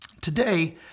Today